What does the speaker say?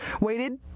waited